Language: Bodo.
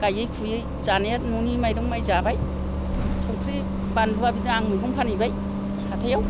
गायै फुयै जानाया न'नि मायरं माइ जाबाय संख्रि बानलुआ बिदिनो आं मैगं फानहैबाय हाथायाव